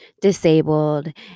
disabled